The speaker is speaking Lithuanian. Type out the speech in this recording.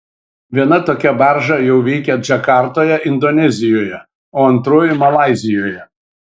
viena tokia barža jau veikia džakartoje indonezijoje o antroji malaizijoje